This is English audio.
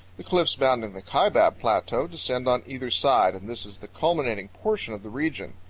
the cliffs bounding the kaibab plateau descend on either side, and this is the culminating portion of the region.